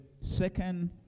second